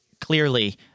clearly